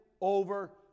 over